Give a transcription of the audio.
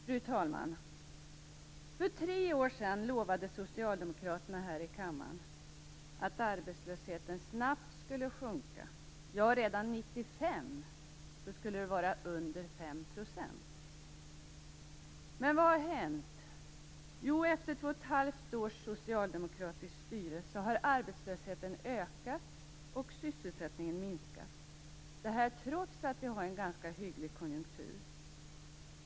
Fru talman! För tre år sedan lovade socialdemokraterna här i kammaren att arbetslösheten snabbt skulle sjunka. Ja, redan 1995 skulle den vara under 5 %. Men vad har hänt? Jo, efter två och ett halvt års socialdemokratiskt styre har arbetslösheten ökat och sysselsättningen minskat, trots att vi har en ganska hygglig konjunktur.